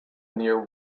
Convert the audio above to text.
near